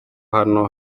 hano